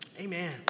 amen